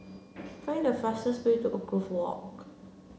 find the fastest way to Woodgrove Walk